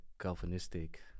Calvinistic